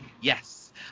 Yes